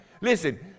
Listen